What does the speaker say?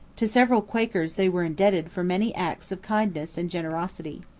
to several quakers they were indebted for many acts of kindness and generosity.